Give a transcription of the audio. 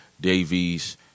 Davies